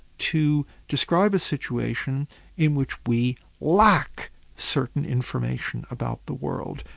to describe a situation in which we lack certain information about the world.